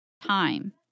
time